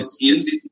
yes